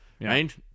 Right